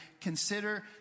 consider